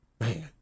man